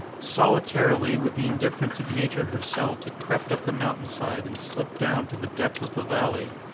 solitarily, with the indiffer ence of nature herself, it crept up the mountain side and slipped down to the depth of the valley.